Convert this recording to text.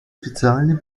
официальным